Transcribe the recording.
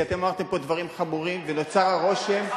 כי אתם אמרתם פה דברים חמורים ונוצר הרושם,